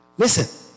Listen